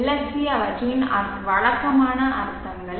LSC அவற்றின் வழக்கமான அர்த்தங்கள்